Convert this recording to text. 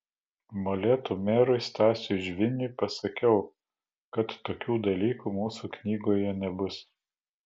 molėtų merui stasiui žviniui pasakiau kad tokių dalykų mūsų knygoje nebus